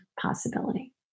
possibility